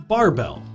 Barbell